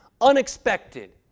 unexpected